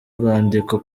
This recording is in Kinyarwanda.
rwandiko